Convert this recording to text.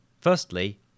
Firstly